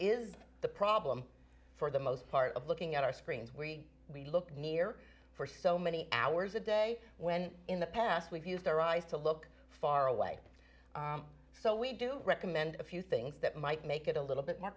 is the problem for the most part of looking at our screens we we look near for so many hours a day when in the past we've used their eyes to look far away so we do recommend a few things that might make it a little bit more